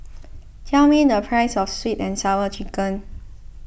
tell me the price of Sweet and Sour Chicken